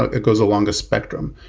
it goes along a spectrum.